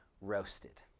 roasted